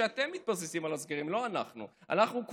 ואתם מבססים על הסקרים,